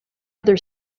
other